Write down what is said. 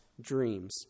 dreams